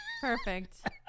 perfect